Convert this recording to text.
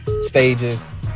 stages